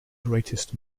greatest